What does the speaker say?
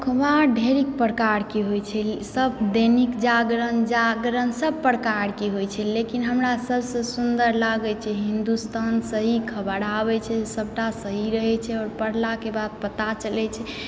अखबार ढेरी प्रकारके होइत छै सभ दैनिक जागरण जागरणसभ प्रकारके होइत छै लेकिन हमरा सभसँ सुन्दर लागैत छै हिन्दुस्तान सही खबर आबैत छै सभटा सही रहैत छै आओर पढ़लाके बाद पता चलैत छै